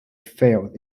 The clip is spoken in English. failed